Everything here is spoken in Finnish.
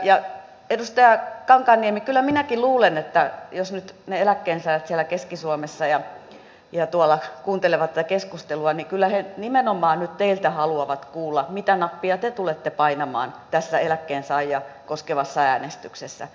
ja edustaja kankaanniemi kyllä minäkin luulen että jos nyt ne eläkkeensaajat siellä keski suomessa ja tuolla kuuntelevat tätä keskustelua niin kyllä he nimenomaan nyt teiltä haluavat kuulla mitä nappia te tulette painamaan tässä eläkkeensaajia koskevassa äänestyksessä